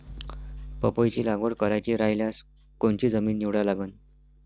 पपईची लागवड करायची रायल्यास कोनची जमीन निवडा लागन?